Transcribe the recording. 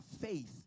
faith